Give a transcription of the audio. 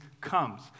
comes